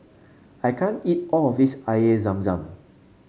I can't eat all of this Air Zam Zam